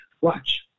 Watch